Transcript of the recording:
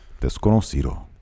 Desconocido